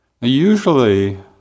Usually